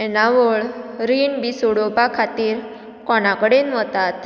येणावळ रीण बी सोडोवपा खातीर कोणा कडेन वतात